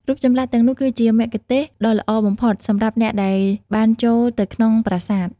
រូបចម្លាក់ទាំងនោះគឺជាមគ្គុទ្ទេសក៍ដ៏ល្អបំផុតសម្រាប់អ្នកដែលបានចូលទៅក្នុងប្រាសាទ។